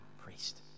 priest